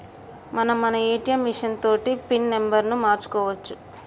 మనం మన ATM machine తోటి పిన్ నెంబర్ను మార్చుకోవచ్చు